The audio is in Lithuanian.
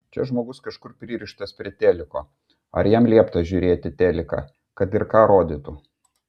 čia žmogus kažkur pririštas prie teliko ar jam liepta žiūrėt teliką kad ir ką rodytų